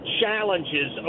challenges